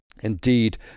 Indeed